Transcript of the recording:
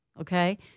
Okay